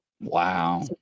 Wow